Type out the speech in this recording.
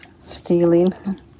stealing